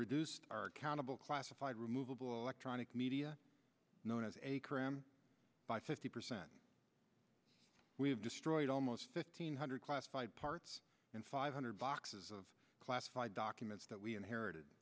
reduce our accountable classified removable electronic media known as a cram by fifty percent we have destroyed almost fifteen hundred classified parts and five hundred boxes of classified documents that we inherited